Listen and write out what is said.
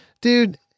dude